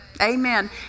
Amen